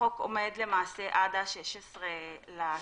החוק עומד למעשה עד ה-16 ביוני.